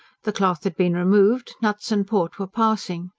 the cloth had been removed nuts and port were passing.